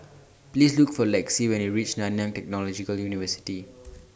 Please Look For Lexi when YOU REACH Nanyang Technological University